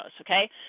okay